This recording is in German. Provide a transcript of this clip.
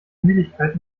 müdigkeit